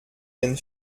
den